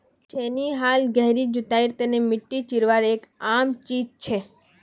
छेनी हाल गहरी जुताईर तने मिट्टी चीरवार एक आम चीज छे